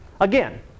Again